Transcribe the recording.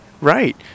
right